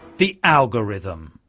the algorithm!